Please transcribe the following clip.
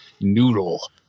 noodle